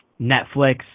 Netflix